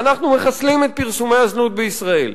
ואנחנו מחסלים את פרסומי הזנות בישראל.